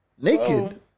naked